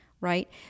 right